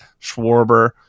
schwarber